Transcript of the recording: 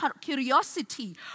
curiosity